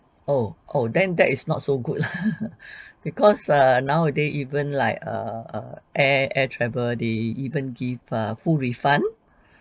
oh oh then that is not so good lah because err nowaday even like err err air travel they even give full refund